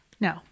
no